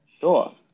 Sure